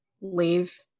leave